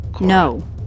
No